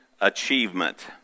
achievement